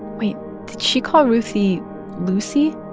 wait. did she call ruthie lucie?